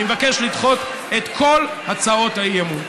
אני מבקש לדחות את כל הצעות האי-אמון.